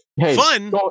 Fun